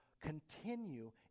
continue